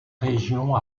région